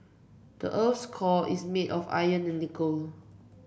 the earth's core is made of iron and nickel